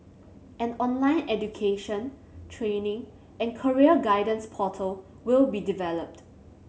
an online education training and career guidance portal will be developed